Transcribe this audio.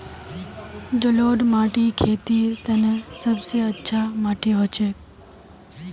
जलौढ़ माटी खेतीर तने सब स अच्छा माटी हछेक